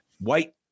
White